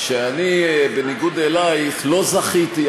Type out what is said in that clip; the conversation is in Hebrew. שאני, בניגוד לך, לא זכיתי.